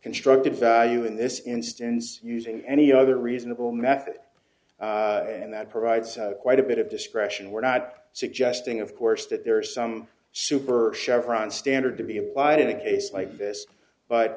constructive value in this instance using any other reasonable method and that provides quite a bit of discretion we're not suggesting of course that there are some super chevron standard to be applied in a case like this but